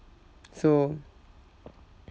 so